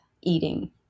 eating